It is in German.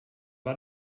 war